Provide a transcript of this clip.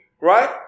right